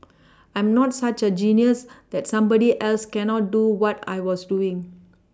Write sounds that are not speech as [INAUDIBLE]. [NOISE] I'm not such a genius that somebody else cannot do what I was doing